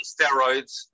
steroids